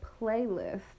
playlist